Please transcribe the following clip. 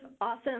awesome